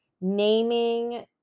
naming